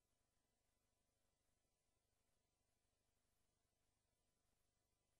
(הישיבה נפסקה בשעה 17:17 ונתחדשה בשעה 17:20.)